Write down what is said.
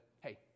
hey